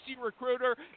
Recruiter